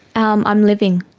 um i'm living.